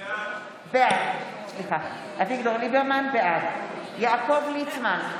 בעד יעקב ליצמן,